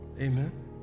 Amen